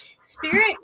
Spirit